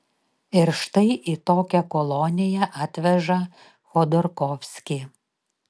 ir štai į tokią koloniją atveža chodorkovskį